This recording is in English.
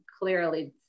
clearly